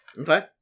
Okay